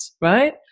right